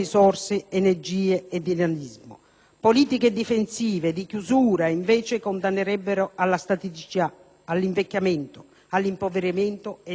Politiche difensive e di chiusura invece condannerebbero alla staticità, all'invecchiamento, all'impoverimento ed al declino delle nostre società.